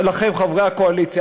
חברי הקואליציה,